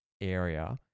area